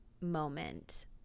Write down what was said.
moment